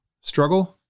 struggle